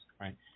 right